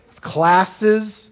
classes